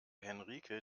henrike